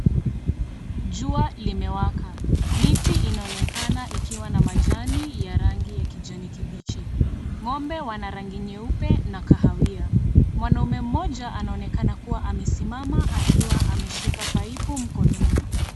Jua limewaka, miti inaonekana ikiwa na majani ya rangi ya kijani kibichi. Ng'ombe wana rangi nyeupe na kahawia mwanaume mmoja anaonekana kuwa amesimama akiwa ameshika (cs)paipu (cs) mkononi.